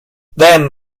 then